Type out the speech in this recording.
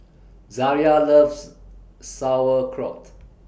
Zaria loves Sauerkraut